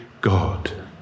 God